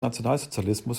nationalsozialismus